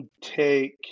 take